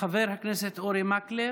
חבר הכנסת אורי מקלב,